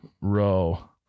row